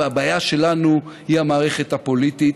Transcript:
והבעיה שלנו היא המערכת הפוליטית,